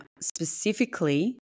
specifically